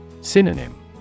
Synonym